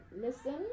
Listen